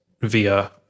via